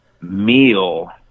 meal